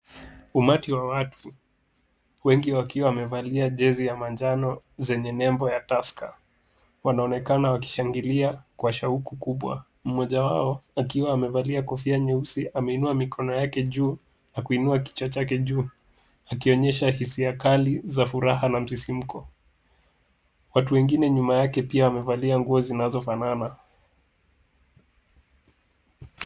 Umati wa watu wengi wakiwa wamevalia jezi ya manjano zenye nembo ya Tusker. Wanaonekana wakishangilia kwa shauku kubwa mmoja wao akiwa amevalia kofia nyeusi ameinua mikono yake juu na kuinua kichwa chake juu akionyesha hisia kali za furaha ya msisimko. Watu wengine nyuma yake pia wamevalia nguo zinazofanana.